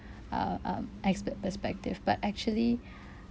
uh um expert perspective but actually